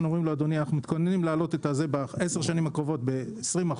ואומרים לו: אדוני אנחנו מתכוונים להעלות בעשר השנים הקרובות ב-20%,